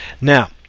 Now